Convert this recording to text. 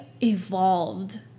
evolved